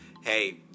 hey